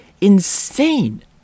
insane